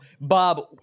Bob